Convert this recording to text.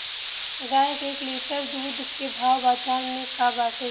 गाय के एक लीटर दूध के भाव बाजार में का बाटे?